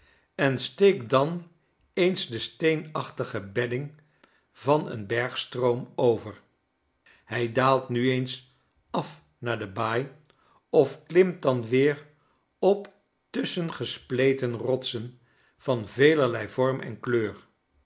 en steekt dan eens ljr de steenachtige bedding van een bergstrooml over hij daalt nu eens af naar de baai of klimt dan weer op tusschen gespleten rotsen van velerlei vorm en kleur